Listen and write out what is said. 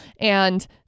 and-